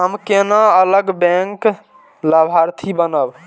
हम केना अलग बैंक लाभार्थी बनब?